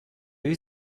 you